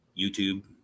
YouTube